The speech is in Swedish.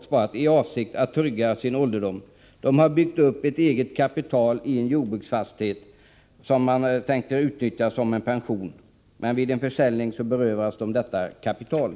för att trygga sin ålderdom. De har byggt upp ett eget kapital i en jordbruksfastighet som man tänkt utnyttja som en pension. Men vid en försäljning berövas dessa detta kapital.